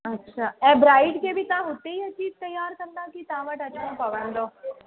अच्छा ऐं ब्राइड खे बि तव्हां हुते ई अची तयार कंदा की तव्हां वटि अचिणो पवंदो